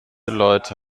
leute